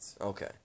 Okay